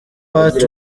hart